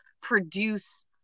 produce